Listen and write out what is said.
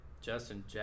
Justin